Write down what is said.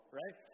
right